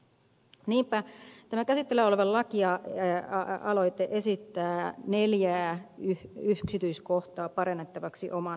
niinpä tämä käsitteillä oleva lakialoite esittää neljää yksityiskohtaa parannettavaksi omaishoitajan arjessa